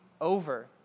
over